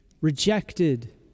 rejected